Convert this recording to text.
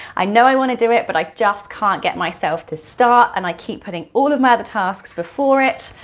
i know i wanna do it, but i just can't get myself to start and i keep putting all of my other tasks before it.